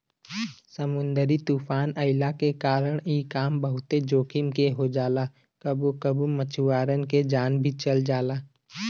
समुंदरी तूफ़ान अइला के कारण इ काम बहुते जोखिम के हो जाला कबो कबो मछुआरन के जान भी चल जाला